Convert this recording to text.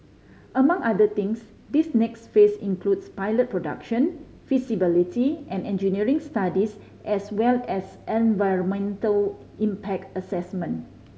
among other things this next phase includes pilot production feasibility and engineering studies as well as environmental impact assessment